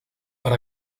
per